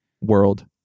world